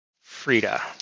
Frida